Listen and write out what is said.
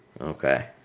Okay